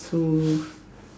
so